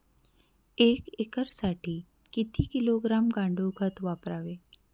एक एकरसाठी किती किलोग्रॅम गांडूळ खत वापरावे?